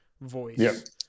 voice